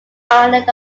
ireland